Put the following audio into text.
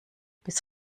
bis